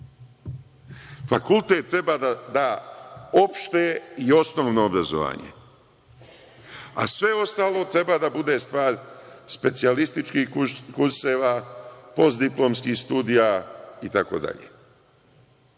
ostale. Fakultet treba da da opšte i osnovno obrazovanje, a sve ostalo treba da bude stvar specijalističkih kurseva, postdiplomskih studija itd.